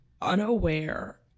unaware